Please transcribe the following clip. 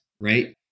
right